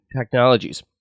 technologies